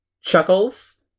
chuckles